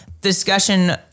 discussion